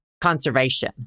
Conservation